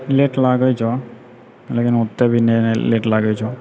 late लागै छौ लेकिन ओते भी नहि लेट लागै छौ